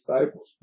disciples